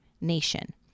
nation